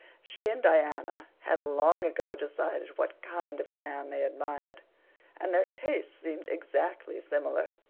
she and diana had long ago decided what kind of a man they admired and their tastes seemed exactly similar.